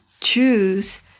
choose